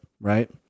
right